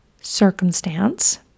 circumstance